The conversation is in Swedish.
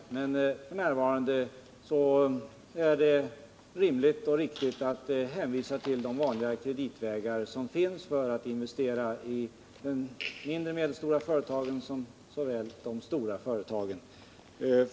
F.n. är det rimligt och riktigt att hänvisa till de vanliga kreditvägar som finns för investeringar vid såväl de mindre och medelstora företagen som de stora företagen.